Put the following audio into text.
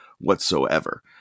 whatsoever